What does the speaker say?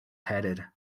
headed